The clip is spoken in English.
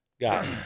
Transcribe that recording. God